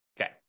Okay